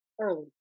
early